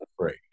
afraid